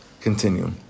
Continue